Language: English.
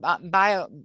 bio